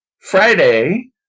Friday